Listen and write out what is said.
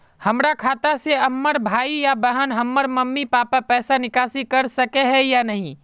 हमरा खाता से हमर भाई बहन या हमर मम्मी पापा पैसा निकासी कर सके है या नहीं?